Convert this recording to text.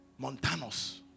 Montanos